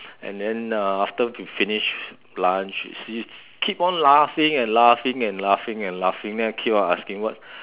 and then uh after we finish lunch she still keep on laughing and laughing and laughing and laughing then I keep on asking what